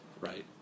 right